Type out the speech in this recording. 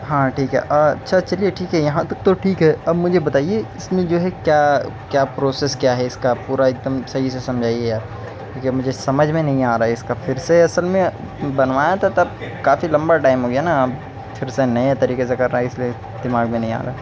ہاں ٹھیک ہے اچھا چلیے ٹھیک ہے یہاں تک تو ٹھیک ہے اب مجھے بتائیے اس میں جو ہے کیا کیا پروسیس کیا ہے اس کا پورا ایک دم صحیح سے سمجھائیے آپ ٹھیک ہے مجھے سمجھ میں نہیں آ رہا ہے اس کا پھر سے اصل میں بنوایا تھا تب کافی لمبا ٹائم ہو گیا نا اب پھر سے نیا طریقے سے کر رہا ہے اس لیے دماغ میں نہیں آ رہا